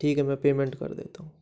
ठीक है मैं पेमेंट कर देता हूँ